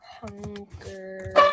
Hunger